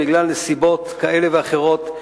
בגלל נסיבות כאלה ואחרות,